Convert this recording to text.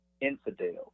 infidels